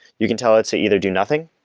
you can tell it to either do nothing,